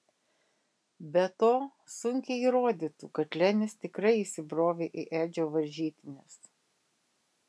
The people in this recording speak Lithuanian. be to sunkiai įrodytų kad lenis tikrai įsibrovė į edžio varžytines